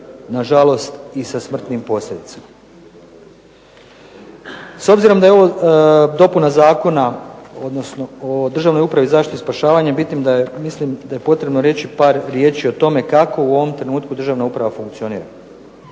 na žalost i sa smrtnim posljedicama. S obzirom da je ovo dopuna zakona, odnosno o državnoj upravi i zaštiti spašavanje, mislim da je potrebno reći par riječi o tome kako u ovom trenutku državna uprava funkcionira.